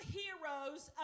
heroes